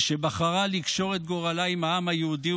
ושבחרה לקשור את גורלה עם העם היהודי